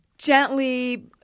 Gently